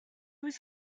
was